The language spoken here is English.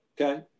Okay